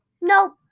nope